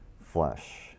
flesh